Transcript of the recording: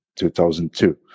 2002